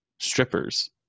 strippers